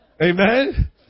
Amen